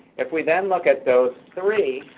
if we then look at dose three,